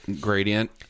gradient